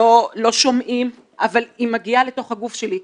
לא שומעים, אבל היא מגיעה לתוך הגוף שלי.